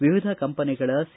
ವಿವಿಧ ಕಂಪನಿಗಳ ಸಿ